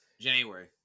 January